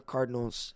Cardinals